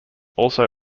also